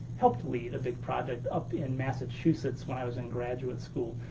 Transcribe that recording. helped lead a big project up in massachusetts when i was in graduate school.